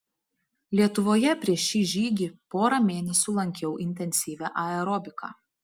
lietuvoje prieš šį žygį porą mėnesių lankiau intensyvią aerobiką